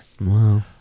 wow